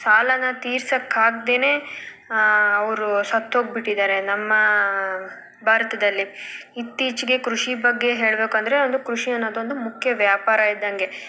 ಸಾಲನ ತೀರ್ಸಕ್ಕೆ ಆಗ್ದೇ ಅವರು ಸತ್ತೋಗ್ಬಿಟ್ಟಿದ್ದಾರೆ ನಮ್ಮ ಭಾರತದಲ್ಲಿ ಇತ್ತೀಚಿಗೆ ಕೃಷಿ ಬಗ್ಗೆ ಹೇಳಬೇಕಂದ್ರೆ ಒಂದು ಕೃಷಿ ಅನ್ನೋದೊಂದು ಮುಖ್ಯ ವ್ಯಾಪಾರ ಇದ್ದಂಗೆ